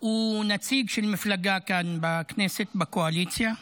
הוא נציג של מפלגה כאן בכנסת בקואליציה: